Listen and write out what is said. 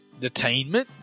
detainment